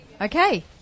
Okay